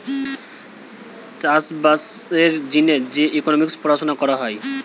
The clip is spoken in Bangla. চাষ বাসের জিনে যে ইকোনোমিক্স পড়াশুনা করা হয়